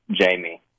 Jamie